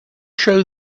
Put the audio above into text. show